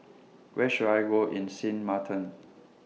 Where should I Go in Sint Maarten